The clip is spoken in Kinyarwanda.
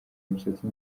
umusatsi